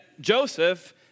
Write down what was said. Joseph